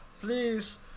please